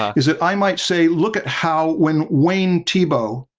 ah is that i might say look at how when wayne thiebaud